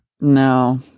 No